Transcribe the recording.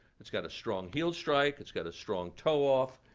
it's got a strong heel strike. it's got a strong toe off.